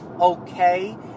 okay